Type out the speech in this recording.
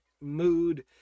mood